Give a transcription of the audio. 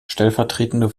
stellvertretende